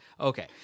Okay